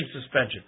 suspension